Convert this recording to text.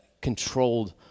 controlled